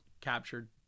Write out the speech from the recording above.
captured